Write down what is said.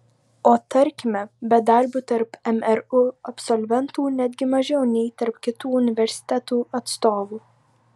o tarkime bedarbių tarp mru absolventų netgi mažiau nei tarp kitų universitetų atstovų